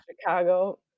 Chicago